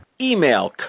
Email